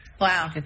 Wow